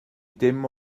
dim